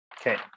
Okay